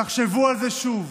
תחשבו על זה שוב.